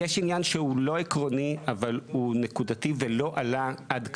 יש עניין שהוא לא עקרוני אבל הוא נקודתי ולא עלה עד כאן.